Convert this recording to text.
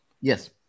Yes